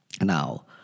Now